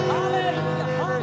Hallelujah